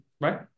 right